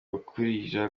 gukurikira